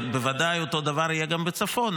בוודאי שאותו הדבר יהיה גם בצפון,